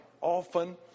often